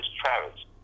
Travis